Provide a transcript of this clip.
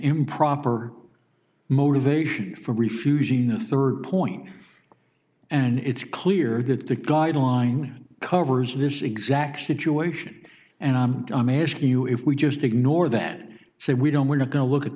improper motivation for refusing the rd point and it's clear that the guidelines covers this exact situation and i'm amazed to you if we just ignore that say we don't we're not going to look at